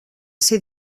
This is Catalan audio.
ser